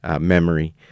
memory